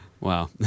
Wow